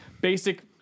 Basic